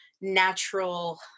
natural